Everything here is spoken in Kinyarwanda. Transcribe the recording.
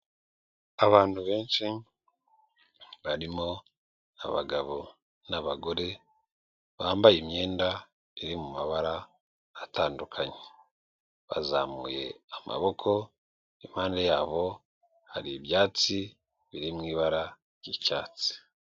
Abantu benshi barimo abagabo n'abagore bambaye imyenda iri mu mabara atandukanye bazamuye amaboko impande yabo hari ibyatsi biri mu ibara ry'icyatsi.